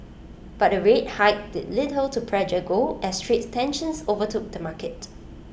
but the rate hike did little to pressure gold as trade tensions overtook the market